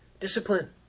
discipline